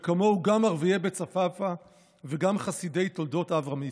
וכמוהו גם ערביי בית צפאפא וגם חסידי תולדות אברהם יצחק.